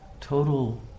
total